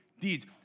deeds